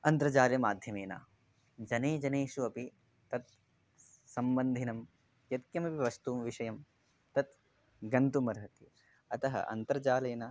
अन्तर्जालमाध्यमेन जनेषु जनेषु अपि तत् सम्बन्धिनं यत्किमपि वस्तु विषयं तत् गन्तुम् अर्हति अतः अन्तर्जालेन